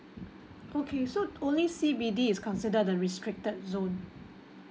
okay so only C_B_D is consider the restricted zone